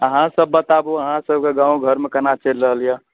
अहाँ सब बताबु अहाँ सबके गाँव घरमे केना चलि रहल यऽ